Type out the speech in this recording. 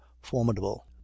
formidable